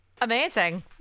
Amazing